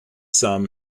sum